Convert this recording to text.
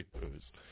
booze